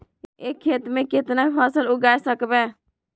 एक खेत मे केतना फसल उगाय सकबै?